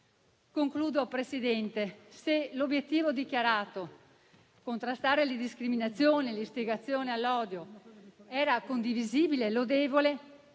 signor Presidente, se l'obiettivo dichiarato di contrastare le discriminazioni e l'istigazione all'odio era condivisibile e lodevole,